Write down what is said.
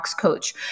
coach